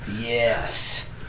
Yes